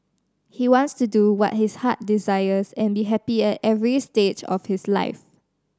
he wants to do what his heart desires and be happy at every stage of his life